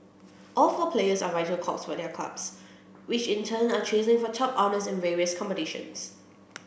all four players are vital cogs for their clubs which in turn are chasing for top honours in various competitions